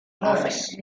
office